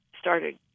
started